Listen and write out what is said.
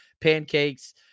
pancakes